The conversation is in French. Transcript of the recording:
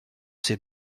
ses